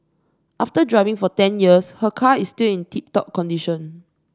after driving for ten years her car is still in tip top condition